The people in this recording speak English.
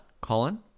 Colin